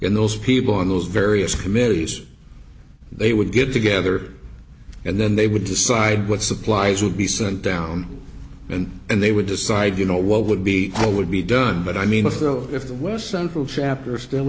and those people on those various committees they would get together and then they would decide what supplies would be sent down and and they would decide you know what would be what would be done but i mean if the if the west central chapter still